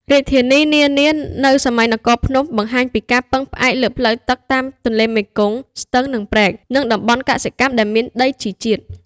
រាជធានីនានានៅសម័យនគរភ្នំ បង្ហាញពីការពឹងផ្អែកលើ ផ្លូវទឹក តាមទន្លេមេគង្គ ស្ទឹង និងព្រែក និង តំបន់កសិកម្ម ដែលមានដីជីជាតិ។